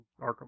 Arkham